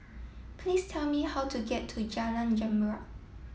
please tell me how to get to Jalan Zamrud